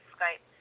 Skype